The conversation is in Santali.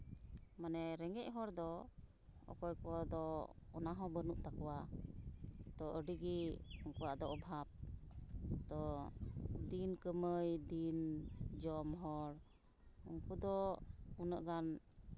ᱢᱟᱱᱮ ᱨᱮᱸᱜᱮᱡ ᱦᱚᱲᱫᱚ ᱚᱠᱚᱭ ᱠᱚᱫᱚ ᱚᱱᱟᱦᱚᱸ ᱵᱟᱹᱱᱩᱜ ᱛᱟᱠᱳᱣᱟ ᱛᱳ ᱟᱹᱰᱤᱜᱮ ᱩᱱᱠᱩᱣᱟᱜ ᱫᱚ ᱚᱵᱷᱟᱵᱽ ᱛᱳ ᱫᱤᱱ ᱠᱟᱹᱢᱟᱹᱭ ᱫᱤᱱ ᱡᱚᱢ ᱦᱚᱲ ᱩᱱᱠᱩ ᱛᱚ ᱩᱱᱟᱹᱜ ᱜᱟᱱ